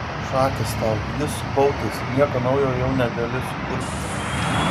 šakės tau ji su pautais nieko naujo jau negali sukurpti